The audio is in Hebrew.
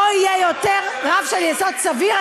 לא יהיה יותר רף של יסוד סביר,